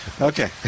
Okay